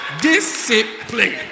Discipline